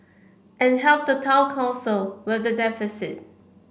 and help the town council with the deficit